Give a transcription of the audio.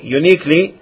uniquely